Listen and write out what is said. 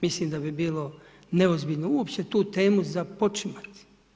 Mislim da bi bilo neozbiljno uopće tu temu započimati.